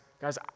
guys